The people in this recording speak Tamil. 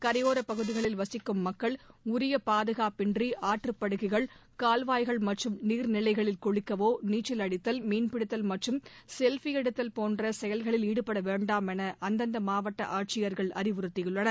கரையோரப் பகுதிகளில் வசிக்கும் மக்கள் உரிய பாதுகாப்பின்றி ஆற்றுப் படுகைகள் கால்வாய்கள் மற்றும் நீர்நிலைகளில் குளிக்கவோ நீச்சல் அடித்தல் மீன்பிடித்தல் மற்றும் செல்ஃபி எடுத்தல் போன்ற செயல்களில் ஈடுபட வேண்டாம் என அந்தந்த மாவட்ட ஆட்சியர்கள் அறிவுறுத்தியுள்ளனர்